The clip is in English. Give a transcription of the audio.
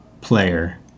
player